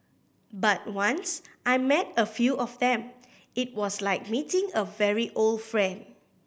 but once I met a few of them it was like meeting a very old friend